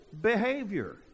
behavior